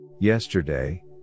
Yesterday